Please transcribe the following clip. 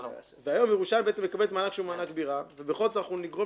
והיום ירושלים מקבלת מענק שהוא מענק בירה ובכל זאת אנחנו נגרום